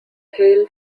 haile